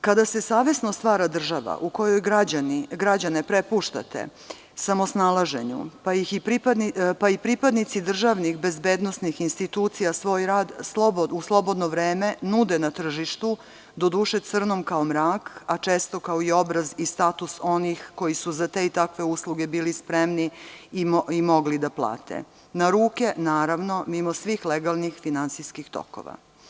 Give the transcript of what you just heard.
Kada se savesno stvara država u kojoj građane prepuštate samosnalaženju pa i pripadnici državnih bezbednosnih institucija svoj rad u slobodno vreme nude na tržištu, doduše crnom kao mrak, a često kao i obraz i status onih koji za te i takve usluge bili spremni i mogli da plate, na ruke naravno, mimo svih legalnih finansijskih tokova.